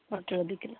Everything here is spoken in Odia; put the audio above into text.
ପୋଟଳ ଦୁଇ କିଲୋ